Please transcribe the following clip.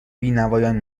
بینوایان